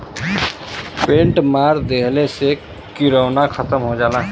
paint मार देहले से किरौना खतम हो जाला